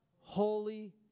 Holy